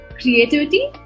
creativity